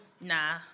Nah